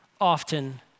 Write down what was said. often